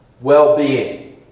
well-being